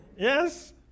Yes